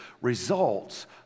results